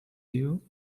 you